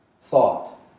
thought